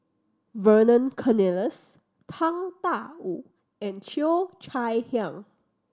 Vernon Cornelius Tang Da Wu and Cheo Chai Hiang